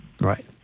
Right